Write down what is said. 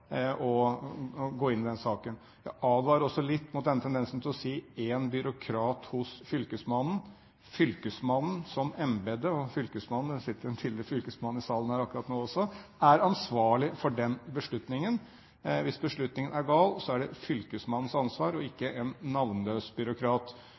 å gå inn i den saken. Jeg advarer også litt mot denne tendensen til å si en byråkrat hos fylkesmannen. Fylkesmannen som embete og fylkesmann – det sitter en tidligere fylkesmann i salen akkurat nå – er ansvarlig for den beslutningen. Hvis beslutningen er gal, er det fylkesmannens ansvar og